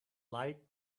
like